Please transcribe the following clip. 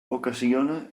ocasiona